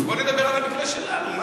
בוא ונדבר על המקרה שלנו.